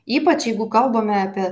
ypač jeigu kalbame apie